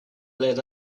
led